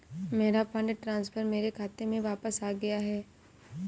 मेरा fund transfer मेरे खाते में वापस आ गया है